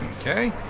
Okay